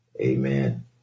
amen